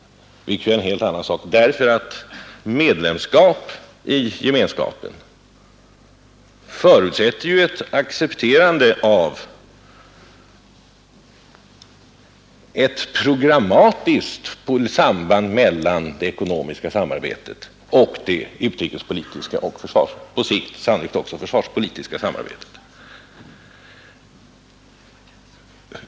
Det är emellertid en helt annan sak, eftersom medlemskap i Gemenskapen förutsätter ett accepterande av ett programmatiskt samband mellan det ekonomiska samarbetet och det utrikespolitiska och på sikt sannolikt också det försvarspolitiska samarbetet.